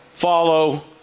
Follow